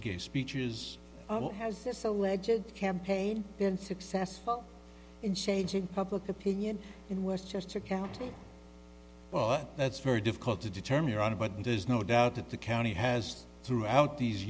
gave speeches has this alleged campaign been successful in changing public opinion in westchester county but that's very difficult to determine your honor but there's no doubt that the county has throughout these